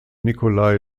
nikolai